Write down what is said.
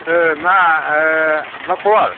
ओ मा ओ मा खबर